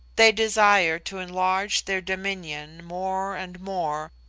they desire to enlarge their dominion more and more,